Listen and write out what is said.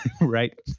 Right